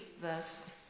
verse